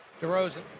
DeRozan